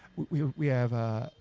we we have, ah,